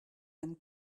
them